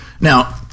Now